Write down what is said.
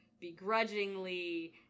begrudgingly